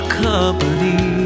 company